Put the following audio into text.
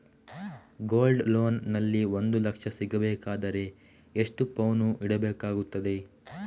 Gold loan ನಲ್ಲಿ ಒಂದು ಲಕ್ಷ ಸಿಗಬೇಕಾದರೆ ಎಷ್ಟು ಪೌನು ಇಡಬೇಕಾಗುತ್ತದೆ?